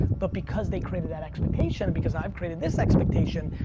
but because they created that expectation and because i've created this expectation.